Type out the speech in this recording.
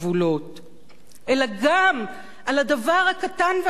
אלא גם על הדבר הקטן והשולי הזה שבתוך הגבולות,